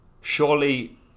surely